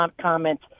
comment